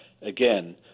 again